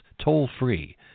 toll-free